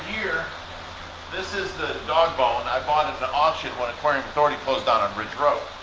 here this is the dog bone. i bought it at an auction when aquarium authority closed down on ridge road.